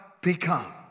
become